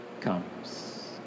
comes